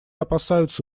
опасаются